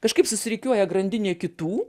kažkaip susirikiuoja grandinė kitų